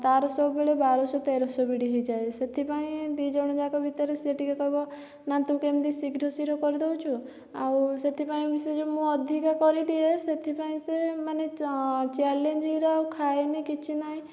ତାର ସବୁବେଳେ ବାରଶହ ତେରଶହ ବିଡ଼ି ହେଇଯାଏ ସେଥିପାଇଁ ଦୁଇଜଣଯାକ ଭିତରେ ସିଏ ଟିକିଏ କହିବ ନା ତୁ କେମିତି ଶୀଘ୍ର ଶୀଘ୍ର କରିଦେଉଛୁ ଆଉ ସେଥିପାଇଁ ସିଏ ଯେଉଁ ମୁଁ ଅଧିକ କରିଦିଏ ସେଥିପାଇଁ ସେ ମାନେ ଚ ଚ୍ୟାଲେଞ୍ଜିଙ୍ଗରେ ଆଉ ଖାଏନି କିଛି ନାହିଁ